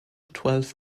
twelve